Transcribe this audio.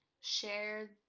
share